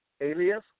alias